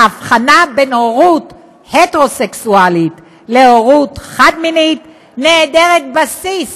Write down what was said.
ההבחנה בין הורות הטרוסקסואלית להורות חד-מינית נעדרת בסיס